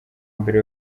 mbere